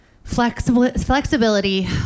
flexibility